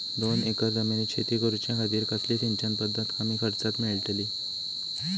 दोन एकर जमिनीत शेती करूच्या खातीर कसली सिंचन पध्दत कमी खर्चात मेलतली?